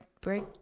break